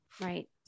Right